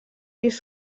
pis